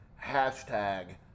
hashtag